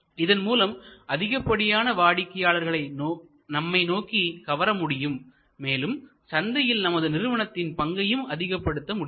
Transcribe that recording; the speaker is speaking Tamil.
இதன் மூலம் அதிகப்படியான வாடிக்கையாளர்களை நம்மை நோக்கி கவர முடியும் மேலும் சந்தையில் நமது நிறுவனத்தின் பங்கையும் அதிகப்படுத்த முடியும்